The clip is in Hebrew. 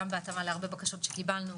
גם בהתאמה להרבה בקשות שקיבלנו,